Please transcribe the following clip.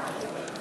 לשאלה),